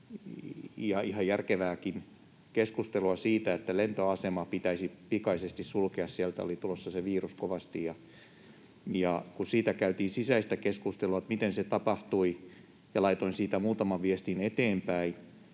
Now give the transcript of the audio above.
ihan järkevääkin keskustelua siitä, että lentoasema pitäisi pikaisesti sulkea, sieltä oli tulossa se virus kovasti, ja kun siitä käytiin sisäistä keskustelua siitä, miten se tapahtui, ja laitoin siitä muutaman viestin eteenpäin,